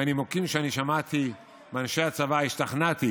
מהנימוקים שאני שמעתי מאנשי הצבא, השתכנעתי